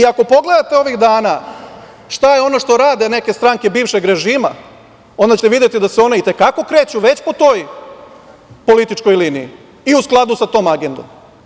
Ako pogledate ovih dana šta je ono što rade neke stranke bivšeg režima, onda ćete videti da se one i te kako kreću već po toj političkoj liniji i u skladu sa tom agendom.